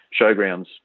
Showgrounds